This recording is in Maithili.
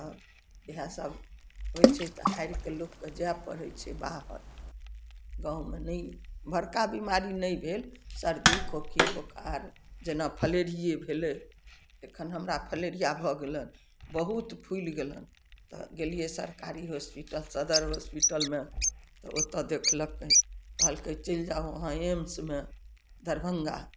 इएह सब होइ छै तऽ हारि कऽ लोकके जाइ पड़य छै बाहर गाँवमे नहि बड़का बीमारी नहि भेल सर्दी खोङ्खी खार जेना फलेरिये भेलइ एखन हमरा फलेरिया भऽ गेलन बहुत फूलि गेलन तऽ गेलियै सरकारी हॉस्पिटल सदर हॉस्पिटलमे तऽ ओतऽ देखलक कहलकै चलि जाउ अहाँ एम्समे दरभंगा